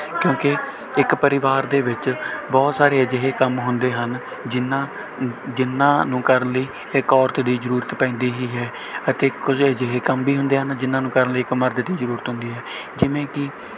ਕਿਉਂਕਿ ਇੱਕ ਪਰਿਵਾਰ ਦੇ ਵਿੱਚ ਬਹੁਤ ਸਾਰੇ ਅਜਿਹੇ ਕੰਮ ਹੁੰਦੇ ਹਨ ਜਿਨ੍ਹਾਂ ਜਿਨ੍ਹਾਂ ਨੂੰ ਕਰਨ ਲਈ ਇੱਕ ਔਰਤ ਦੀ ਜ਼ਰੂਰਤ ਪੈਂਦੀ ਹੀ ਹੈ ਅਤੇ ਕੁਝ ਅਜਿਹੇ ਕੰਮ ਵੀ ਹੁੰਦੇ ਹਨ ਜਿਨ੍ਹਾਂ ਨੂੰ ਕਰਨ ਲਈ ਇੱਕ ਮਰਦ ਦੀ ਜ਼ਰੂਰਤ ਹੁੰਦੀ ਹੈ ਜਿਵੇਂ ਕਿ